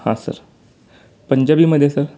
हां सर पंजाबीमध्ये सर